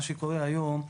מה שקורה היום,